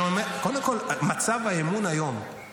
וכל עוד שהציבור הישראלי ימשיך להביע בי אמון,